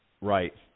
Right